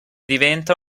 diventa